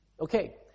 Okay